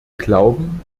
glauben